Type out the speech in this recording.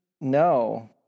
No